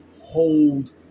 Hold